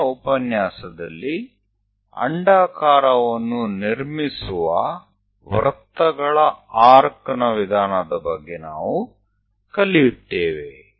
ಮುಂದಿನ ಉಪನ್ಯಾಸದಲ್ಲಿ ಅಂಡಾಕಾರವನ್ನು ನಿರ್ಮಿಸುವ ವೃತ್ತಗಳ ಆರ್ಕ್ ನ ವಿಧಾನದ ಬಗ್ಗೆ ನಾವು ಕಲಿಯುತ್ತೇವೆ